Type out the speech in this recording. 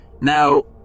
Now